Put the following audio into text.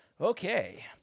Okay